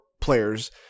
players